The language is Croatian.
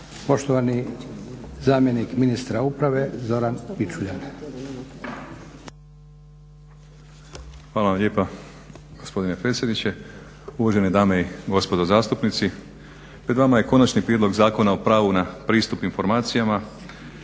Poštovani zamjenik ministra uprave Zoran Pičuljan. **Pičuljan, Zoran** Hvala vam lijepa gospodine predsjedniče. Uvažene dame i gospodo zastupnici pred vama je Konačni prijedlog Zakona o pravu na pristup informacijama,